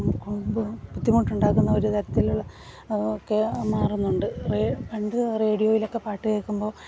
ബുദ്ധിമുട്ടുണ്ടാക്കുന്ന ഒരു തരത്തിലുള്ള മാറുന്നുണ്ട് പണ്ട് റേഡിയോയിലൊക്കെ പാട്ട് കേക്കുമ്പോൾ